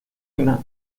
ruinas